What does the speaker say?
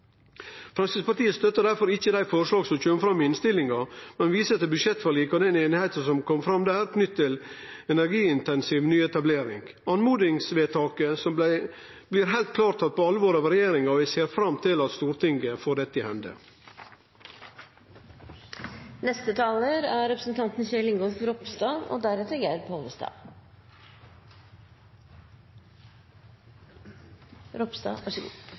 Framstegspartiet støttar difor ikkje dei forslaga som kjem fram i innstillinga, men viser til budsjettforliket og den einigheita som kom fram der, knytt til energiintensiv nyetablering. Oppmodingsvedtaket blir heilt klart tatt på alvor av regjeringa, og eg ser fram til at Stortinget får dette